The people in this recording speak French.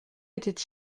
étaient